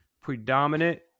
predominant